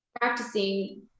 practicing